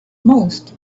most